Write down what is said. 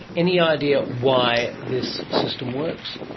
any idea why this system works?